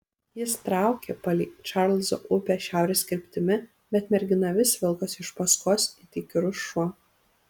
jis traukė palei čarlzo upę šiaurės kryptimi bet mergina vis vilkosi iš paskos it įkyrus šuo